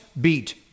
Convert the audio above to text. beat